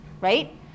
right